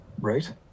Right